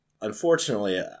unfortunately